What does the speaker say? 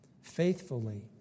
faithfully